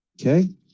okay